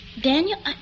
Daniel